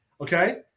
Okay